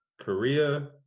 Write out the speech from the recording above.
Korea